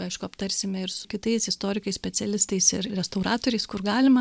aišku aptarsime ir su kitais istorikais specialistais ir restauratoriais kur galima